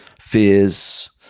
fears